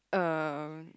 um